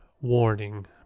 warning